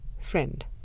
Friend